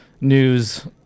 news